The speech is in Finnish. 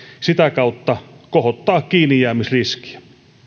sitä kautta kohottaa kiinnijäämisriskiä